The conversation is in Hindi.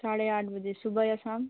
साढ़े आठ बजे सुबह या शाम